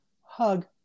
hug